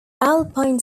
alpine